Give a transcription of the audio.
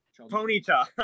Ponyta